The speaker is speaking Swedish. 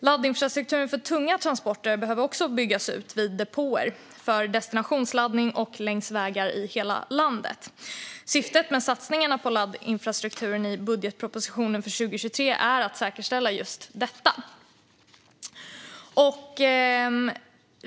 Laddinfrastrukturen för tunga transporter behöver också byggas ut vid depåer för destinationsladdning och längs vägar i hela landet. Syftet med satsningarna på laddinfrastruktur i budgetpropositionen för 2023 är att säkerställa just detta.